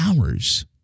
hours